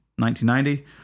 1990